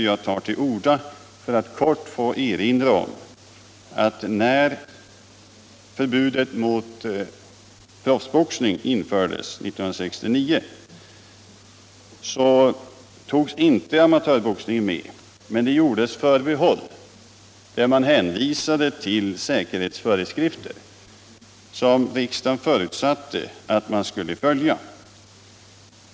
Jag tar till orda för att kort få erinra om att när förbud mot proffsboxning infördes 1969 innefattades inte amatörboxningen, men det gjordes ett förbehåll med hänvisning till vissa säkerhetsföreskrifter som riksdagen förutsatte att man skulle följa.